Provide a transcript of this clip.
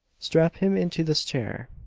strap him into this chair!